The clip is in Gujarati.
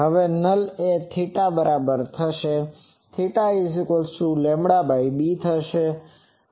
હવે નલ એ θ ના બરાબર થશે અને θb થશે